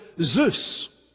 Zeus